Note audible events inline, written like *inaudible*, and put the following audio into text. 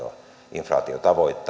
inflaatiotavoitetta *unintelligible*